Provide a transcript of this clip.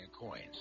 Coins